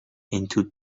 into